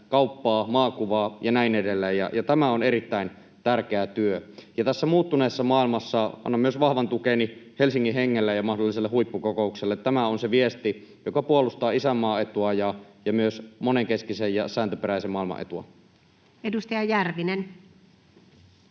kauppaa, maakuvaa ja näin edelleen, ja tämä on erittäin tärkeä työ. Tässä muuttuneessa maailmassa anna myös vahvan tukeni Helsingin hengelle ja mahdolliselle huippukokoukselle. Tämä on se viesti, joka puolustaa isänmaan etua ja myös monenkeskisen ja sääntöperäisen maailman etua. [Speech